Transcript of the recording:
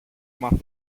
μάθω